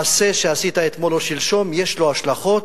מעשה שעשית אתמול או שלשום יש לו השלכות,